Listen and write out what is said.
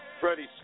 Freddie